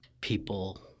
people